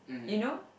you know